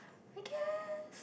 I guess